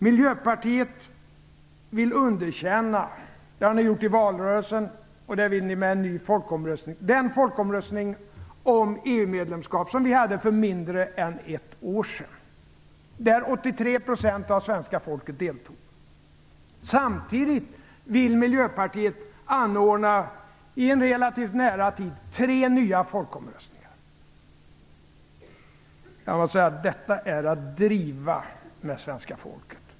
Miljöpartiet vill underkänna - det har ni gjort i valrörelsen och det vill ni göra genom en folkomröstning - den folkomröstning om EU medlemskap som vi hade för mindre än ett år sedan, då 83 % av svenska folket deltog. Samtidigt vill Miljöpartiet inom en relativt nära tid anordna tre nya folkomröstningar. Jag måste säga att detta är att driva med svenska folket.